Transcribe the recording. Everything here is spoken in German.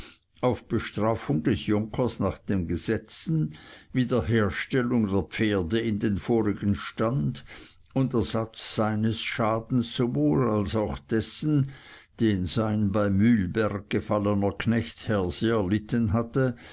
auf bestrafung des junkers nach den gesetzen wiederherstellung der pferde in den vorigen stand und ersatz seines schadens sowohl als auch dessen den sein bei mühlberg gefallener knecht herse erlitten hatte